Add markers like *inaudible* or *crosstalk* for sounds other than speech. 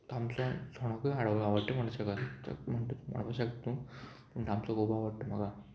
तामसो आनी चोणोकूय *unintelligible* आवडटा आमच्या घरान म्हणूं सगळ्या शकता तूं तामसो खूब आवडटा म्हाका